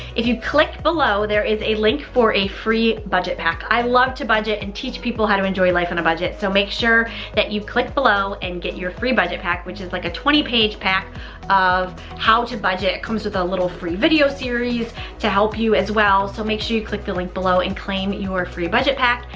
if you click below, there is a link for a free budget pack. i love to budget and teach people how to enjoy life on and a budget. so make sure that you click below and get your free budget pack, which is like a twenty page pack of how to budget. it comes with a little free video series to help you as well. so make sure you click the link below and claim your free budget pack.